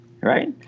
Right